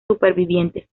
supervivientes